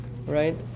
right